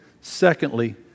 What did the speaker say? Secondly